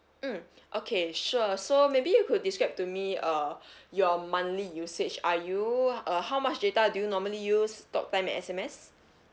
mm okay sure so maybe you could describe to me uh your monthly usage are you uh how much data do you normally use talk time and S_M_S